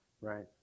Right